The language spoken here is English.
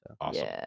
awesome